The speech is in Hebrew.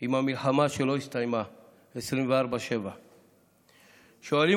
עם המלחמה שלא הסתיימה 24/7. לעיתים שואלים